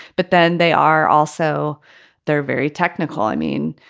but then they are also they're very technical. i mean,